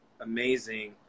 amazing